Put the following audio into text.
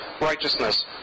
righteousness